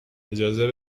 اجازه